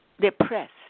depressed